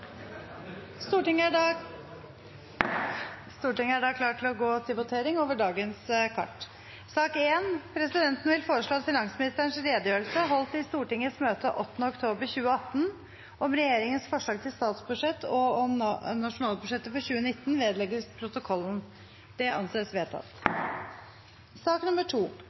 Stortinget klar til å gå til votering over sakene på dagens kart. Presidenten vil foreslå at finansministerens redegjørelse holdt i Stortingets møte 8. oktober 2018 om regjeringens forslag til statsbudsjett og om nasjonalbudsjettet for 2019 vedlegges protokollen. – Det anses vedtatt.